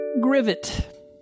GRIVET